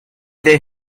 they